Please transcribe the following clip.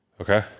Okay